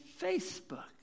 Facebook